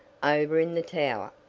over in the tower,